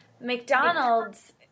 McDonald's